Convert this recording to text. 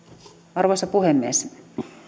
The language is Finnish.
arvoisa puhemies